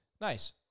Nice